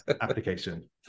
application